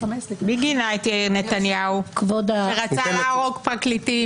מי גינה את יאיר נתניהו כשרצה להרוג פרקליטים?